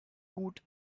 gut